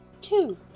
two